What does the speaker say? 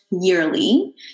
yearly